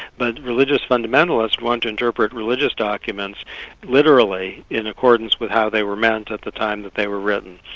but religious fundamentalists want to interpret religious documents literally, in accordance with how they were meant at the time that they were written,